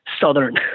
Southern